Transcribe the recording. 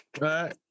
right